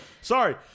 Sorry